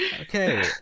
Okay